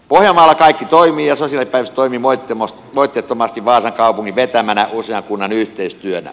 pohjanmaalla kaikki toimii ja sosiaalipäivystys toimii moitteettomasti vaasan kaupungin vetämänä usean kunnan yhteistyönä